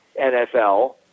NFL